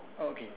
oh okay